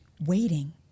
waiting